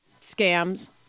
scams